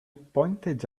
pointed